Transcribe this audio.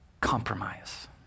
compromise